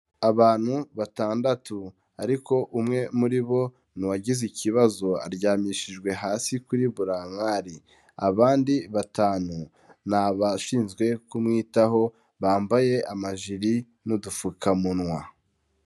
Abantu batandatu ariko umwe muri bo ni uwagize ikibazo, aryamishijwe hasi kuri burankari, abandi batanu ni abashinzwe kumwitaho, bambaye amajiri n'udufukamunwa.